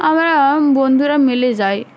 আমরা বন্ধুরা মিলে যাই